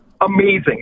Amazing